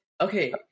okay